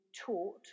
taught